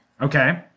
Okay